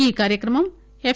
ఈ కార్యక్రమం ఎఫ్